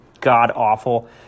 god-awful